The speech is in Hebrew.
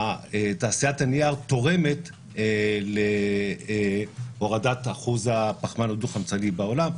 תעשיית הנייר תורמת להורדת אחוז הפחמן הדו-חמצני בעולם,